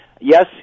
yes